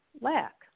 lack